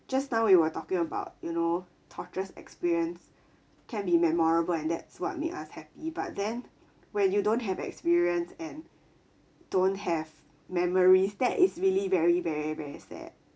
just now we were talking about you know torturous experience can be memorable and that's what made us happy but then when you don't have experience and don't have memories that is really very very very sad